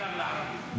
בעיקר לערבים.